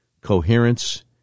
coherence